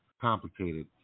complicated